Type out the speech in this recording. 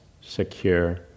secure